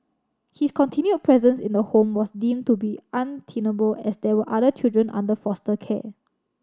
his continued presence in the home was deemed to be untenable as there were other children under foster care